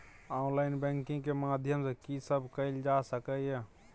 Online banking के माध्यम सं की सब कैल जा सके ये?